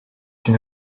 une